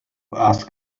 ask